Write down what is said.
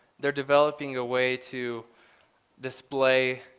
they're developing a way to display,